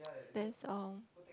that's all